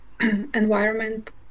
environment